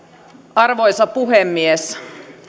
arvoisa puhemies